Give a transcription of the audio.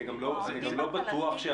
העובדים הפלסטינים --- אני גם לא בטוח שהרשת